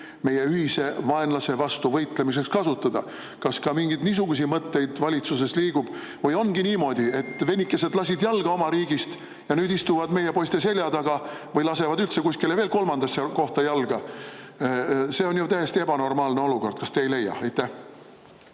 meie ühise vaenlase vastu võitlemiseks kasutada? Kas ka mingeid niisuguseid mõtteid valitsuses liigub või ongi niimoodi, et vennikesed lasid jalga oma riigist ja nüüd istuvad meie poiste selja taga või lasevad üldse kuskile veel kolmandasse kohta jalga? See on ju täiesti ebanormaalne olukord. Kas te ei leia? Aitäh!